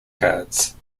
cards